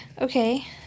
Okay